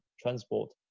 transport